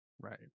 Right